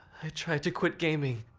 tried to quit gaming,